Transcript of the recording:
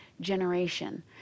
generation